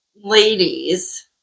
ladies